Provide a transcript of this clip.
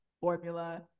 formula